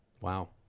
Wow